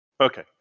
Okay